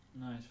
Nice